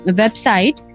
website